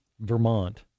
Vermont